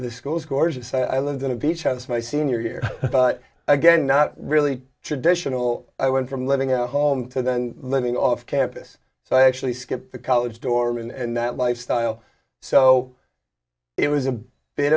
the school is gorgeous i lived in a beach house my senior year again not really traditional i went from living out home to then living off campus so i actually skipped the college dorm and that lifestyle so it was a bit